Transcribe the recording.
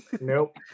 Nope